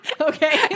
Okay